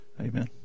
Amen